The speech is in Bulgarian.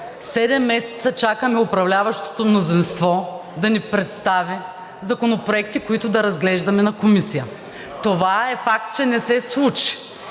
месеца чакаме управляващото мнозинство да ни представи законопроекти, които да разглеждаме на Комисията. Това е факт, че не се случи.